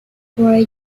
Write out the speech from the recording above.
roy